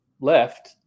left